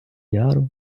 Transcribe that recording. яру